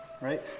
Right